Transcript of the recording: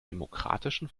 demokratischen